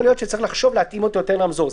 להיות שצריך לחשוב להתאים אותו יותר לרמזור.